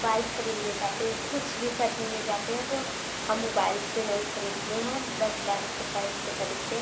bike खरीदने जाते हैं या कुछ भी खरीदने जाते हैं तो हम मुबाइल से नही खरीदते हैं बस डारेक्ट कैस से खरीदते हैं